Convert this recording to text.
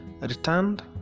returned